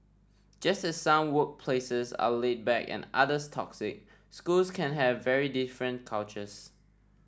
just as some workplaces are laid back and others toxic schools can have very different cultures